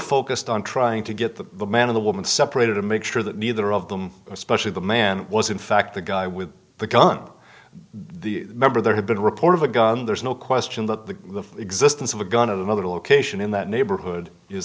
focused on trying to get the man of the woman separated to make sure that neither of them especially the man was in fact the guy with the gun the member there had been a report of a gun there's no question that the existence of a gun of another location in that neighborhood is